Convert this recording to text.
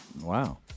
Wow